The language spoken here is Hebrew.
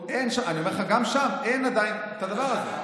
אני אומר לך שגם שם אין עדיין את הדבר הזה.